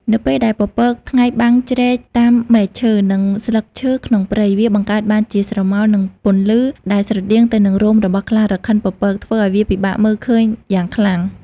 នៅពេលដែលពន្លឺថ្ងៃចាំងជ្រែកតាមមែកឈើ និងស្លឹកឈើក្នុងព្រៃ វាបង្កើតបានជាស្រមោល និងពន្លឺ ដែលស្រដៀងទៅនឹងរោមរបស់ខ្លារខិនពពក ធ្វើឲ្យវាពិបាកមើលឃើញយ៉ាងខ្លាំង។